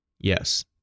Yes